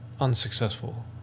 unsuccessful